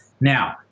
Now